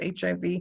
HIV